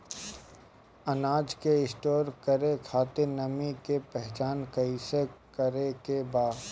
अनाज के स्टोर करके खातिर नमी के पहचान कैसे करेके बा?